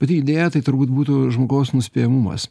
pati idėja tai turbūt būtų žmogaus nuspėjamumas